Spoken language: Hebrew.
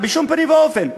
בשום פנים ואופן לא.